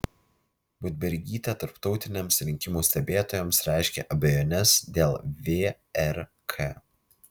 budbergytė tarptautiniams rinkimų stebėtojams reiškia abejones dėl vrk